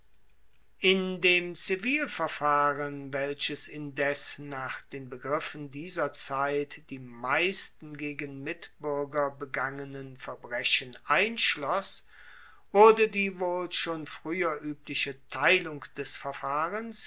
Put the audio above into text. in dem zivilverfahren welches indes nach den begriffen dieser zeit die meisten gegen mitbuerger begangenen verbrechen einschloss wurde die wohl schon frueher uebliche teilung des verfahrens